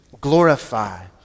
glorify